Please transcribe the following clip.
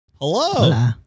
Hello